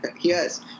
Yes